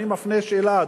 אני מפנה שאלה,